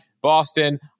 Boston